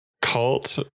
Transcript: Cult